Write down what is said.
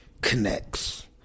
connects